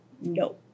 No